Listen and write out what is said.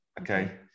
Okay